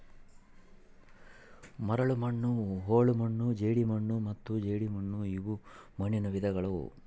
ಮರಳುಮಣ್ಣು ಹೂಳುಮಣ್ಣು ಜೇಡಿಮಣ್ಣು ಮತ್ತು ಜೇಡಿಮಣ್ಣುಇವು ಮಣ್ಣುನ ವಿಧಗಳು